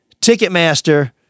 Ticketmaster